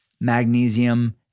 magnesium